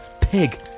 pig